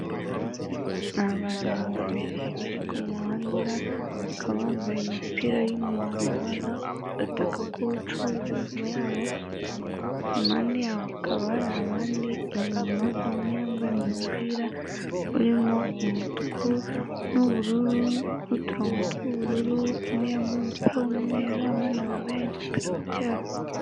Abantu babiri bari ku muhanda bakaba bambaye imipira y'umuhondo n'agataka k'ubucuruzi inyuma yabo, impande yaho hakaba hari abandi inyuma umwe yambaye umupira urimo umutuku n'ubururu n'uturongo tw'ubururu umwe yambaye umupira w'umweru abana bambaye umupira w'icyatsi.